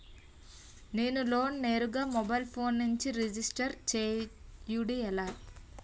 నేను లోన్ నేరుగా mobile phone నుంచి రిజిస్టర్ చేయండి ఎలా?